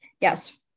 yes